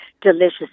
delicious